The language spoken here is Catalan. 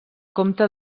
comte